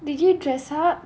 wait did you dress up